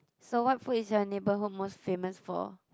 so what food is your neighbourhood most famous for